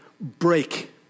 break